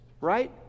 Right